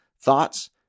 thoughts